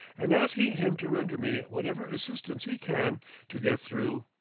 and asking him to render me whatever assistance he can to get through,